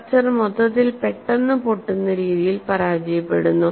structure മൊത്തത്തിൽ പെട്ടെന്ന് പൊട്ടുന്ന രീതിയിൽ പരാജയപ്പെടുന്നു